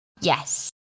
Yes